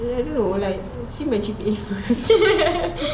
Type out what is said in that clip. eh hello like see my G_P_A first